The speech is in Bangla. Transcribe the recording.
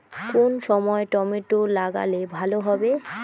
কোন সময় টমেটো লাগালে ভালো হবে?